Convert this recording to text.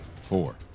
four